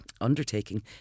undertaking